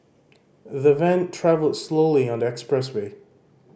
the van travelled slowly on the expressway